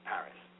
Paris